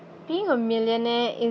being a millionaire